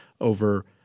over